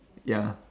ya